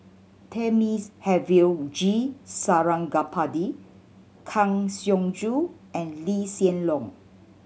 Thamizhavel G Sarangapani Kang Siong Joo and Lee Hsien Loong